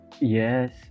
Yes